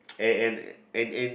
and and and and